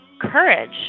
courage